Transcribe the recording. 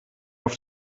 auf